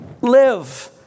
live